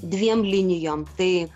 dviem linijom tai